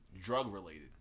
drug-related